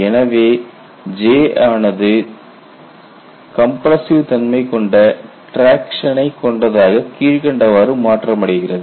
எனவே J ஆனது compressive தன்மைகொண்ட டிராக்சனை கொண்டதாக கீழ்க்கண்டவாறு மாற்றமடைகிறது